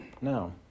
No